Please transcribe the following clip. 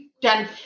done